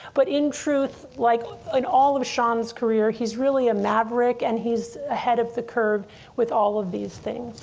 but in truth, like and all of sean's career, he's really a maverick, and he's ahead of the curve with all of these things.